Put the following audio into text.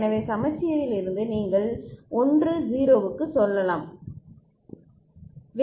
எனவே சமச்சீரில் இருந்து நீங்கள் 1 0 க்கு சொல்லலாம்